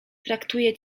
traktuję